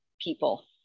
people